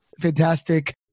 fantastic